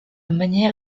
manière